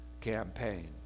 campaign